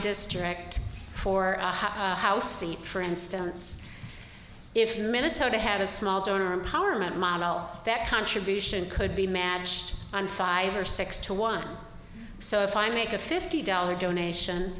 district for her house seat for instance if minnesota have a small donor empowerment model that contribution could be matched on five or six to one so if i make a fifty dollar donation